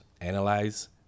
Analyze